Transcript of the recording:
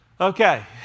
Okay